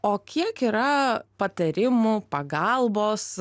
o kiek yra patarimų pagalbos